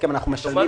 אנחנו משלמים